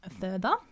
further